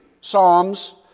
Psalms